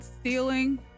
stealing